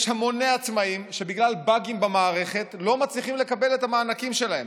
יש המוני עצמאים שבגלל באגים במערכת לא מצליחים לקבל את המענקים שלהם.